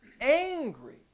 angry